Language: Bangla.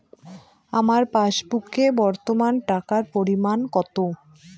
আমার পাসবুকে বর্তমান টাকার পরিমাণ কত?